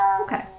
Okay